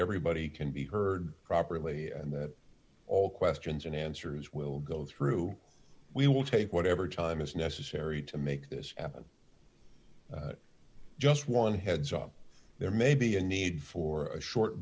everybody can be heard properly and that all questions and answers will go through we will take whatever time is necessary to make this happen just one heads up there may be a need for a short